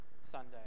sunday